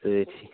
سٲرِسٕے